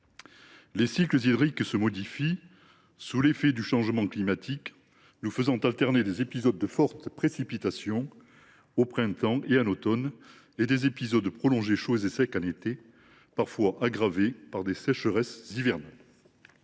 les cycles hydriques se modifient sous l’effet du changement climatique, faisant alterner des épisodes de fortes précipitations au printemps et à l’automne, et des épisodes prolongés chauds et secs en été, parfois aggravés par des sécheresses hivernales.